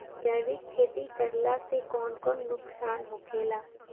जैविक खेती करला से कौन कौन नुकसान होखेला?